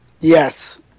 Yes